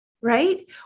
right